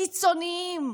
קיצוניים,